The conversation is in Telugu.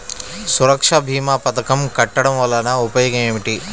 సురక్ష భీమా పథకం కట్టడం వలన ఉపయోగం ఏమిటి?